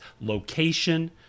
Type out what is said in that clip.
location